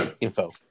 info